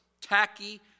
tacky